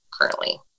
currently